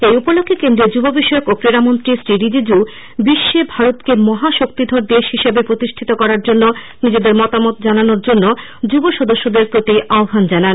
এই উপলক্ষ্যে কেন্দ্রীয় মুব বিষয়ক ও ক্রীড়ামন্ত্রী শ্রী রিজিজু বিশ্বে ভারতকে মহাশক্তিধর দেশ হিসেবে প্রতিষ্ঠিত করার ক্ষেত্রে নিজেদের মতামত জানানোর জন্য যুব সমাজের প্রতি আহ্বান জানান